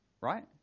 Right